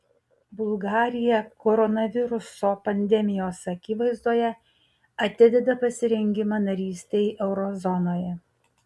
bulgarija koronaviruso pandemijos akivaizdoje atideda pasirengimą narystei euro zonoje